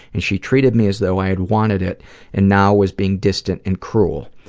and she treated me as though i had wanted it and now was being distant and cruel.